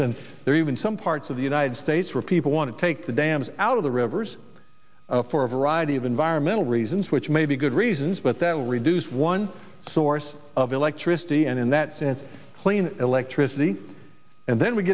are even some parts of the united states people want to take the dams out of the rivers for a variety of environmental reasons which may be good reasons but that will reduce one source of electricity and in that sense clean electricity and then we